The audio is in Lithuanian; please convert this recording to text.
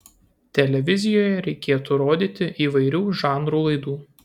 televizijoje reikėtų rodyti įvairių žanrų laidų